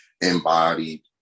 embodied